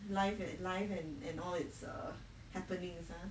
life and life and and all it's err happening with ah